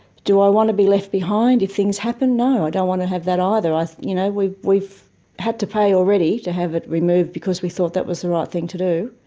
do i want to be left behind if things happen? no, i don't want to have that either. you know we've we've had to pay already to have it removed because we thought that was the right thing to do.